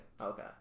Okay